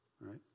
Right